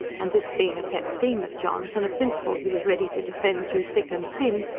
and this being a pet theme of john's, and a principle he was ready to defend through thick and thin,